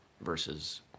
versus